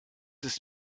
ist